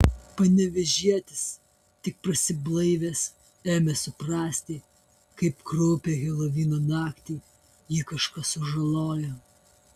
panevėžietis tik prasiblaivęs ėmė suprasti kaip kraupiai helovino naktį jį kažkas sužalojo